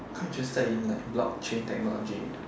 quite interested in like block chain technology